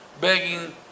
begging